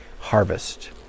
harvest